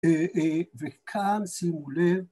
וכאן שימו לב